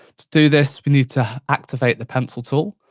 to do this we need to activate the pencil tool,